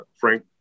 frank